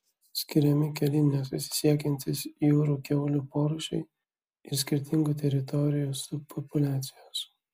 skiriami keli nesusisiekiantys jūrų kiaulių porūšiai ir skirtingų teritorijų subpopuliacijos